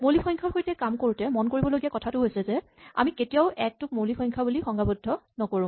মৌলিক সংখ্যাৰ সৈতে কাম কৰোতে মন কৰিবলগীয়া কথাটো হৈছে যে আমি কেতিয়াও একটোক মৌলিক সংখ্যা বুলি সংজ্ঞাবদ্ধ কৰিব নালাগে